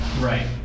Right